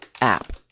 app